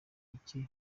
duke